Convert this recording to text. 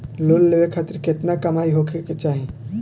Loan लेवे खातिर केतना कमाई होखे के चाही?